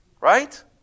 Right